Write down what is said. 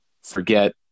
forget